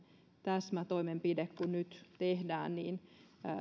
täsmätoimenpide kuin mikä nyt tehdään